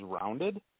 rounded